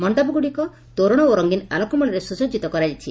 ମଣ୍ଡପଗୁଡିକ ତୋରଣ ଓ ରଙ୍ଙୀନ ଆଲୋକମାଳାରେ ସୁସଜିତ କରାଯାଇଛି